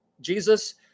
Jesus